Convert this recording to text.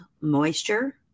moisture